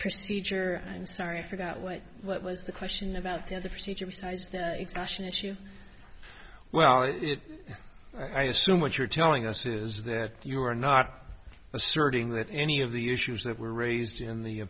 procedure i'm sorry i forgot what what was the question about the other procedure besides the expression issue well i assume what you're telling us is that you are not asserting that any of the issues that were raised in the